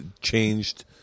changed